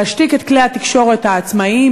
להשתיק את כלי התקשורת העצמאיים,